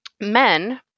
men